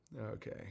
Okay